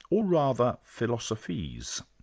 or rather philosophies.